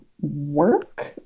work